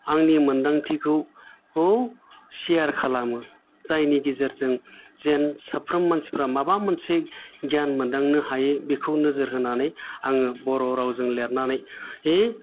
आंनि मोनदांथिखौ सियार खालामो जायनि गेजेरजों जेन साफ्रोम मानसिफ्रा माबा मोनसे गियान मोनदांनो हायो बेखौ नोजोर होनानै आङो बर' रावजों लिरनानै